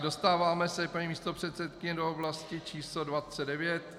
Dostáváme se, paní místopředsedkyně, do oblasti číslo 29.